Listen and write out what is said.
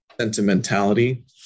Sentimentality